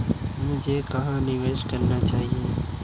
मुझे कहां निवेश करना चाहिए?